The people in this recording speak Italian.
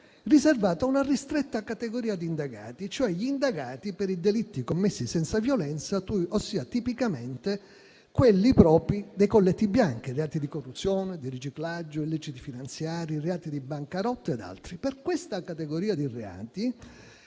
riservato a una ristretta categoria di indagati, cioè gli indagati per i delitti commessi senza violenza, ossia tipicamente quelli propri dei colletti bianchi: gli atti di corruzione, di riciclaggio, illeciti finanziari, reati di bancarotta ed altri. Per questa categoria di reati,